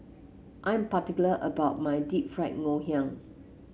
I'm particular about my Deep Fried Ngoh Hiang